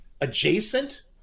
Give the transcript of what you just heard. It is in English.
adjacent